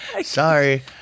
Sorry